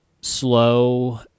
slow